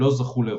לא זכו לרוב.